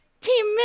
Team